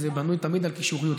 זה בנוי תמיד על קישוריות.